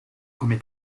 come